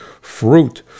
fruit